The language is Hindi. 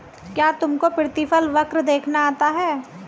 क्या तुमको प्रतिफल वक्र देखना आता है?